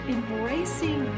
Embracing